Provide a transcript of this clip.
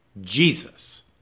Jesus